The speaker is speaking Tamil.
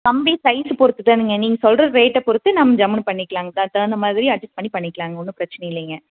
கம்பி சைஸு பொறுத்து தானுங்க நீங்கள் சொல்கிற ரேட்டை பொறுத்து நம் ஜம்முனு பண்ணிக்கலாங் த தகுந்த மாதிரி அஜ்ஜஸ் பண்ணி பண்ணிக்கலாங்க ஒன்றும் பிரச்சினை இல்லைங்க